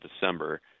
December